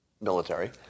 military